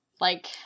Like-